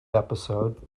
episode